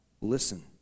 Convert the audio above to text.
listen